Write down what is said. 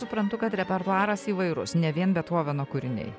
suprantu kad repertuaras įvairus ne vien bethoveno kūriniai